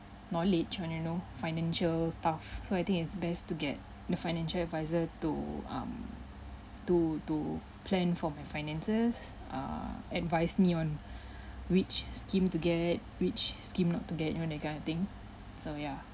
knowledge on you know financial stuff so I think it's best to get the financial adviser to um to to plan for my finances (err)advise me on which scheme to get which scheme not to get you know that kind of thing so yeah